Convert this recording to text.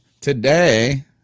Today